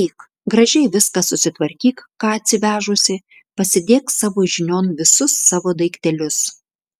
eik gražiai viską susitvarkyk ką atsivežusi pasidėk savo žinion visus savo daiktelius